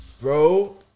Bro